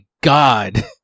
god